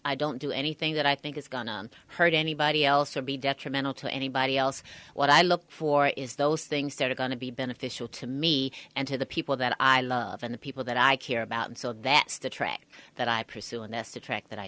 i don't do anything that i think is going on hurt anybody else or be detrimental to anybody else what i look for is those things that are going to be beneficial to me and to the people that i love and the people that i care about and so that's the trick that i pursue in this a track that i